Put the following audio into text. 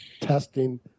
testing